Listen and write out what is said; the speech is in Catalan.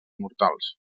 mortals